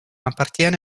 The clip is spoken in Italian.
appartiene